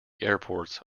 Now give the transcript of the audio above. airports